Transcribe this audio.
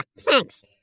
thanks